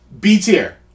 B-tier